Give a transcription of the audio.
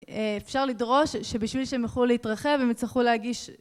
אפשר לדרוש שבשביל שהם יוכלו להתרחב הם יצטרכו להגיש